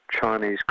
Chinese